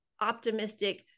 optimistic